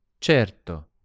certo